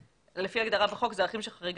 לפי ההגדרה בחוק אלה הם ערכים שהחריגה